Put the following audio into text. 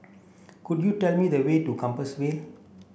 could you tell me the way to Compassvale